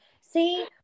see